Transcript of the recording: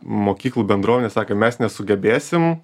mokyklų bendruomenės sakė mes nesugebėsim